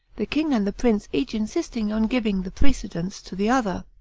the king and the prince each insisting on giving the precedence to the other.